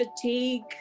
fatigue